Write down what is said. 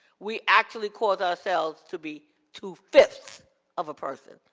we actually cause ourselves to be two fifths of a person.